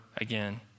again